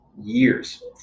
years